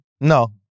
No